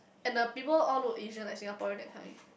and the people all look usual like Singaporean that kind